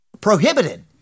prohibited